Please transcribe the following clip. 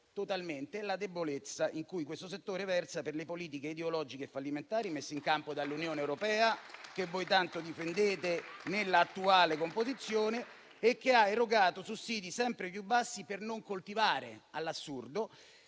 totalmente la debolezza in cui questo settore versa per le politiche ideologiche fallimentari messe in campo dall'Unione europea, che voi tanto difendete nell'attuale composizione, e che ha erogato su siti sempre più bassi per non coltivare, all'assurdo;